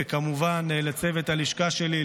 וכמובן לצוות הלשכה שלי,